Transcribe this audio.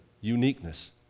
uniqueness